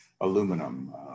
aluminum